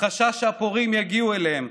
החשש שהפורעים יגיעו אליהם,